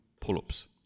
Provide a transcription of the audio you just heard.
pull-ups